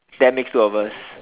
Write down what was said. that makes two of us